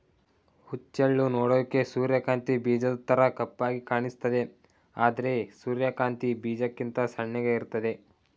ಹುಚ್ಚೆಳ್ಳು ನೋಡೋಕೆ ಸೂರ್ಯಕಾಂತಿ ಬೀಜದ್ತರ ಕಪ್ಪಾಗಿ ಕಾಣಿಸ್ತದೆ ಆದ್ರೆ ಸೂರ್ಯಕಾಂತಿ ಬೀಜಕ್ಕಿಂತ ಸಣ್ಣಗೆ ಇರ್ತದೆ